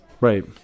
right